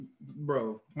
Bro